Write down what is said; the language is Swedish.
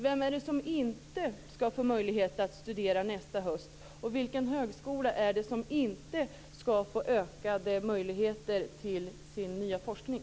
Vem är det som inte skall få möjlighet att studera nästa höst, och vilken högskola är det som inte skall få ökade möjligheter till sin nya forskning?